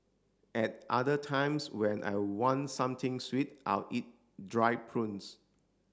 at other times when I want something sweet I'll eat dried prunes